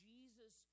Jesus